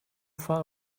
far